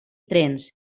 trens